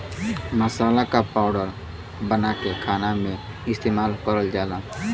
मसाला क पाउडर बनाके खाना में इस्तेमाल करल जाला